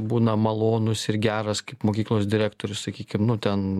būna malonus ir geras kaip mokyklos direktorius sakykim nu ten